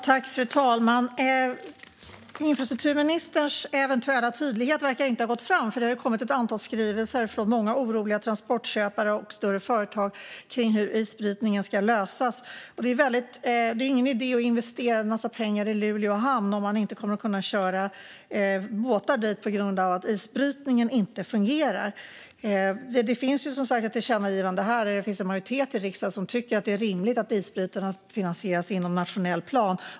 Fru talman! Infrastrukturministerns eventuella tydlighet verkar inte ha gått fram, för det har ju kommit ett antal skrivelser från många oroliga transportköpare och större företag gällande hur isbrytningen ska lösas. Det är ingen idé att investera en massa pengar i Luleå hamn om man inte kommer att kunna köra båtar dit på grund av att isbrytningen inte fungerar. Det finns som sagt ett tillkännagivande, och det finns en majoritet i riksdagen som tycker att det är rimligt att isbrytarna finansieras inom nationell plan.